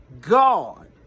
God